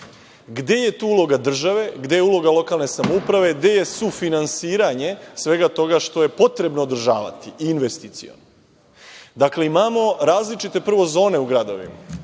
je tu uloga države, gde je uloga lokalne samouprave, gde je sufinansiranje svega toga što je potrebno održavati, investiciono? Dakle, imamo različite, prvo zone u gradovima,